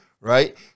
right